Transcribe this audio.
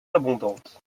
abondante